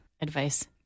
advice